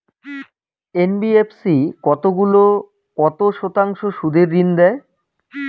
NBFC কতগুলি কত শতাংশ সুদে ঋন দেয়?